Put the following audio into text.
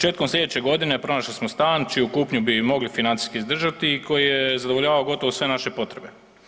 Početkom sljedeće godine pronašli smo stan čiju kupnju bi i mogli financijski izdržati i koji je zadovoljavao gotovo sve naše potrebe.